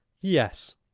yes